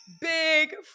Big